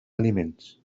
aliments